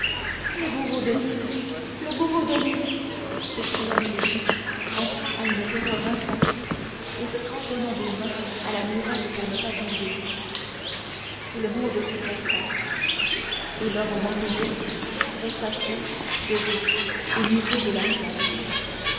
le bourreau de lille le bourreau de lille s'écria milady en proie à une terreur insensée et se cramponnant des mains à la muraille pour ne pas tomber tout le monde s'écarta et l'homme au manteau rouge resta seul debout au milieu de la salle